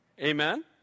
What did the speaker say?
Amen